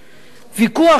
ויכוח שהיה לו,